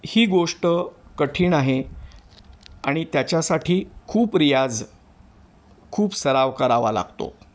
ही गोष्ट कठीण आहे आणि त्याच्यासाठी खूप रियाज खूप सराव करावा लागतो